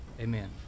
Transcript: Amen